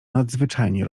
nadzwyczajnie